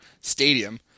Stadium